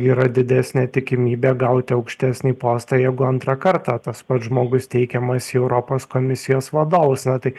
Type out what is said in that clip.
yra didesnė tikimybė gauti aukštesnį postą jeigu antrą kartą tas pats žmogus teikiamas į europos komisijos vadovus na tai